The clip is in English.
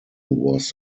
was